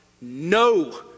no